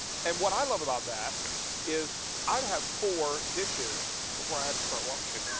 and what i love about that is i would have four dishes before i had to start washing.